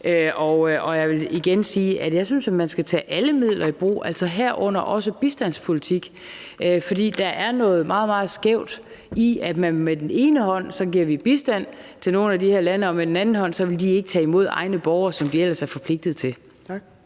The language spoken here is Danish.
Jeg vil igen sige, at jeg jo synes, at man skal tage alle midler i brug, herunder også bistandspolitik, for der er noget meget, meget skævt i, at vi på den ene side giver bistand til nogle af de her lande, og på den anden side vil de ikke tage imod deres egne borgere, som de ellers er forpligtet til. Kl.